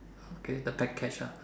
okay the package ah